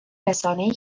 رسانهای